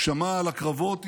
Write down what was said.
הוא שמע על הקרבות,